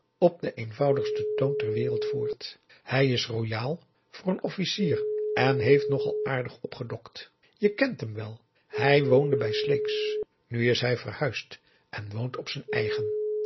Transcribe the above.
op den eenvoudigsten toon ter wereld voort hij is royaal voor een officier en heeft nogal aardig opgedokt je kent hem wel hij woonde bij sleeks nu is hij verhuisd en woont op z'n eigen